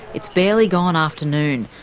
it's barely gone afternoon,